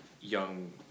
young